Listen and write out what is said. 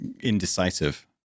indecisive